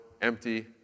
empty